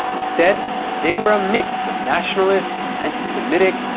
instead they were a mix of nationalist, anti-semitic,